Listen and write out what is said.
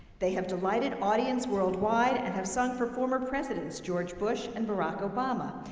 they have delighted audiences worldwide and have sung for former presidents george bush and barack obama.